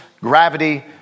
gravity